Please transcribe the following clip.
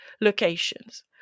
locations